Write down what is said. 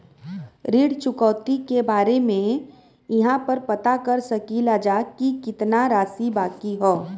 ऋण चुकौती के बारे इहाँ पर पता कर सकीला जा कि कितना राशि बाकी हैं?